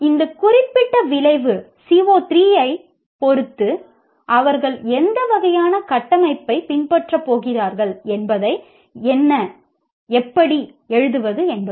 இந்த குறிப்பிட்ட விளைவு CO 3 ஐப் பொறுத்து அவர்கள் எந்த வகையான கட்டமைப்பைப் பின்பற்றப் போகிறார்கள் என்பதை எப்படி எழுதுவது என்பதுதான்